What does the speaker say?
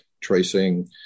tracing